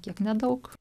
kiek nedaug